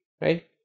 Right